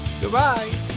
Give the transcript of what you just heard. Goodbye